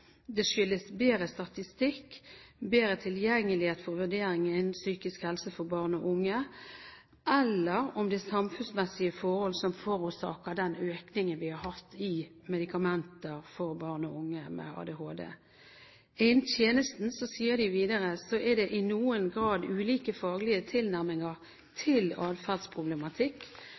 dette skyldes bedre statistikk, bedre tilgjengelighet for vurderinger innen psykisk helse for barn og unge, eller om det er samfunnsmessige forhold som forårsaker den økningen vi har hatt av medikamenter til barn og unge med ADHD. Innen tjenesten – sier de videre – er det i noen grad ulike faglige tilnærminger til adferdsproblematikk.